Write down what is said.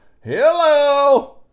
Hello